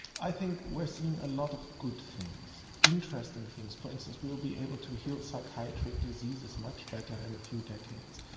i think we're seeing a lot of good things, interesting things. for instance, we'll be able to heal psychiatric diseases much better in a few decades,